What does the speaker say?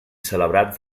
celebrats